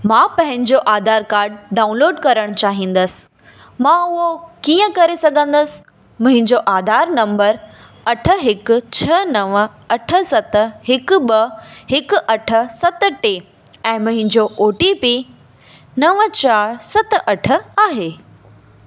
मां पंहिंजो Aadhaar card download करण चाहींदसि मां उहो कीअं करे सघंदसि मुहिंजो आधार नंबर अठ हिकु छह नव अठ सत हिकु ॿ हिकु अठ सत टे ऐं मुहिंजो ओ टी पी नव चारि सत अठ आहे